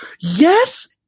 yes